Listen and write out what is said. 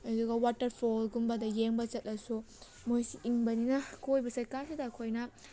ꯑꯗꯨꯒ ꯋꯥꯇꯔꯐꯣꯜ ꯒꯨꯝꯕꯗ ꯌꯦꯡꯕ ꯆꯠꯂꯁꯨ ꯃꯣꯏꯁꯤ ꯏꯪꯕꯅꯤꯅ ꯀꯣꯏꯕ ꯆꯠꯀꯥꯟꯗꯨꯗ ꯑꯩꯈꯣꯏꯅ